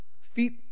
Feet